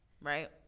right